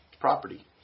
property